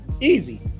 Easy